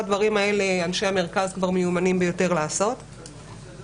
אנשי המרכז כבר מיומנים ביותר לעשות את כל הדברים האלה.